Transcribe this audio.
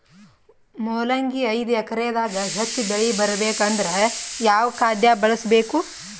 ಮೊಲಂಗಿ ಐದು ಎಕರೆ ದಾಗ ಹೆಚ್ಚ ಬೆಳಿ ಬರಬೇಕು ಅಂದರ ಯಾವ ಖಾದ್ಯ ಬಳಸಬೇಕು?